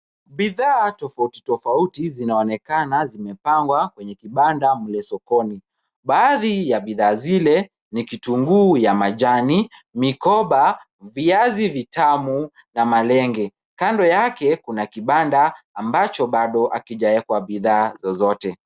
Bidhaa tofauti tofauti zinaonekana zimepangwa kwenye kibanda mle sokoni. Baadhi ya bidhaa zile ni kitunguu ya majani, mikoba, viazi vitamu na malenge. Kando yake kuna kibanda ambacho bado hakijawekwa bidhaa zozote.